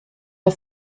der